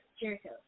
Jericho